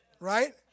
Right